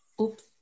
Oops